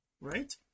right